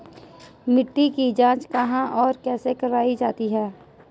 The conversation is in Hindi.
मिट्टी की जाँच कहाँ और कैसे करवायी जाती है?